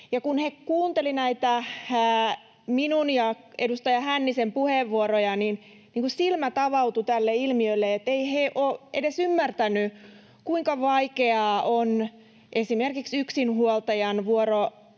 kun he kuuntelivat näitä minun ja edustaja Hännisen puheenvuoroja, niin silmät avautuivat tälle ilmiölle. Eivät he olleet edes ymmärtäneet, kuinka vaikeaa on esimerkiksi yksinhuoltajan,